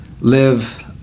live